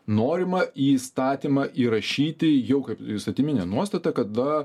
norima į įstatymą įrašyti jau kaip įstatyminę nuostatą kada